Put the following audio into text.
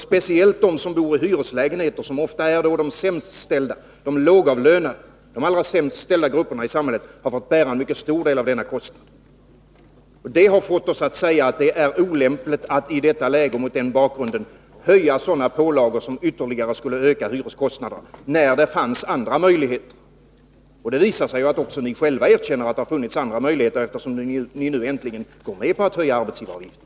Speciellt de som bor i hyreslägenheter, de lågavlönade, som ofta är den allra sämst ställda gruppen i samhället, har fått bära en mycket stor del av denna kostnad. Mot den bakgrunden har vi sagt att det är olämpligt att i detta läge höja sådana pålagor som ytterligare skulle öka hyreskostnaderna, när det finns andra möjligheter. Det visar sig ju att ni själva också erkänner att det har funnits andra möjligheter, eftersom ni nu äntligen går med på att höja arbetsgivaravgifterna.